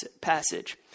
passage